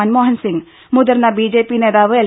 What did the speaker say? മൻമോഹൻസിംഗ് മുതിർന്ന ബിജെപി നേതാവ് എൽ